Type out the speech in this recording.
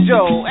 Joe